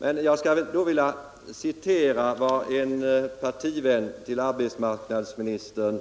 Men då vill jag referera vad en partivän till arbetsmarknadsministern,